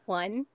one